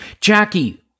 Jackie